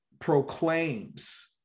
proclaims